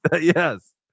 Yes